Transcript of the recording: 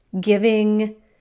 giving